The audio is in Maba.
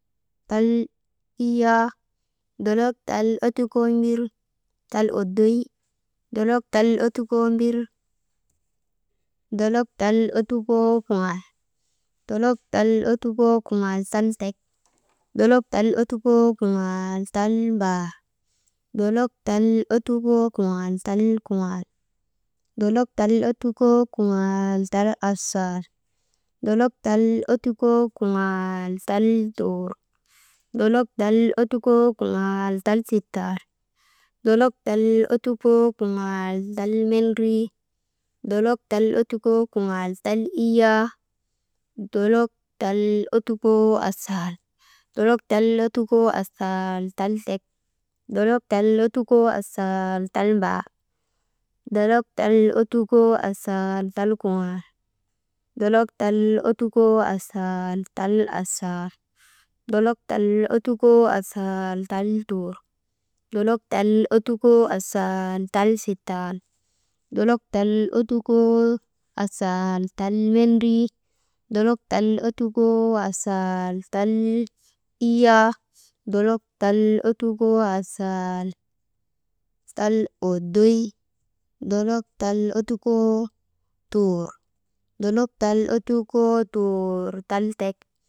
Tal iyaa, dolok tal ottukoo mbir tal oddoy, dolok tal ottukoo mbir, dolok tal ottukoo kuŋaal, dolok tal ottukoo kuŋaal tal tek, dolok tal ottukoo kuŋaal tal mbaar, dolok tal ottukoo kuŋaal tal kuŋal, dolok tal ottukoo kuŋaal tal asaal, dolok tal ottukoo kuŋaal tal tuur, dolok tal ottukoo kuŋaal tal sittal, dolok tal ottukoo kuŋaal tal mendrii, dolok tal ottukoo kuŋaal tal iyyaa, dolok tal ottukoo kuŋaal tal oddoy, dolok tal ottukoo asaal, dolok tal ottukoo asaal tal tek, dolok tal ottukoo asaal tal mbaar dolok tal ottukoo asaal tal kuŋaal, dolok tal ottukoo asaal tal asaal, dolok tal ottukoo asaal tal tuur, dolok tal ottukoo asaal tal sittal, dolok tal ottukoo asaal tal mendii, dolok tal ottukoo asaal tal iyyaa, dolok tal ottukoo asaal tal oddoy, dolok tal ottukoo tuur. Dolok tal ottukoo tuur tal tek.